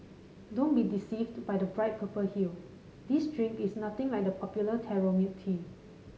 don't be deceived by the bright purple hue this drink is nothing like the popular taro milk tea